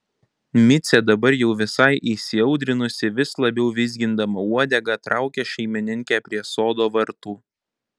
micė dabar jau visai įsiaudrinusi vis labiau vizgindama uodegą traukia šeimininkę prie sodo vartų